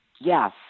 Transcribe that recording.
Yes